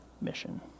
mission